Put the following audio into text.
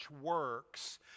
works